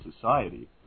society